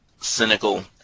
cynical